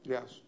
Yes